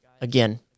again